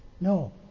No